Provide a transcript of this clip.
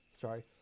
sorry